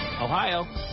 Ohio